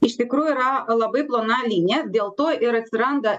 iš tikrųjų yra labai plona linija dėl to ir atsiranda